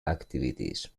activities